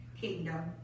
kingdom